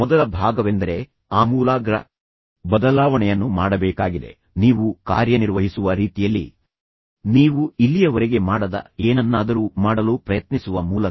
ಮೊದಲ ಭಾಗವೆಂದರೆ ನೀವು ಆಮೂಲಾಗ್ರ ಬದಲಾವಣೆಯನ್ನು ಮಾಡಬೇಕಾಗಿದೆ ಅಂದರೆ ನೀವು ಒಂದು ಬದಲಾವಣೆ ಮಾಡಬೇಕಾಗಿದೆ ಒಂದು ಮಾದರಿ ಬದಲಾವಣೆ ನೀವು ಯೋಚಿಸುವ ರೀತಿಯಲ್ಲಿ ನೀವು ಕಾರ್ಯನಿರ್ವಹಿಸುವ ರೀತಿಯಲ್ಲಿ ಸವಾಲಿನ ಕೆಲಸ ಪ್ರಾರಂಭಿಸುವ ಮೂಲಕ ನೀವು ಇಲ್ಲಿಯವರೆಗೆ ಮಾಡದ ಏನನ್ನಾದರೂ ಮಾಡಲು ಪ್ರಯತ್ನಿಸುವ ಮೂಲಕ